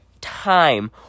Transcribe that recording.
time